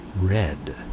red